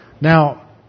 Now